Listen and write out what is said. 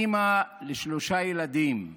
אימא לשלושה ילדים,